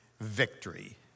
victory